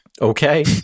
Okay